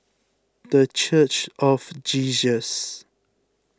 the Church of Jesus